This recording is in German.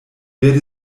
werde